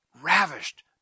ravished